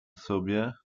sobie